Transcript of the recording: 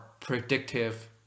predictive